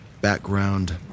background